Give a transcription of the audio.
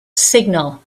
signal